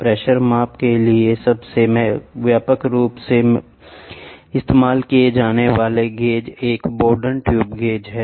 pressure माप के लिए सबसे व्यापक रूप से इस्तेमाल किया जाने वाला गेज एक बोरडॉन ट्यूब है